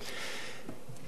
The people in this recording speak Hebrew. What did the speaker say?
יש בזה הרבה מאוד.